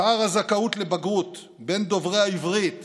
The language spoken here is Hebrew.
פער הזכאות לבגרות בין דוברי העברית